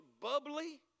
bubbly